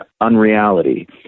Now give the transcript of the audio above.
unreality